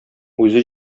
үзе